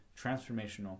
transformational